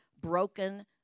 broken